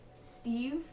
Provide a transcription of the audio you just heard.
Steve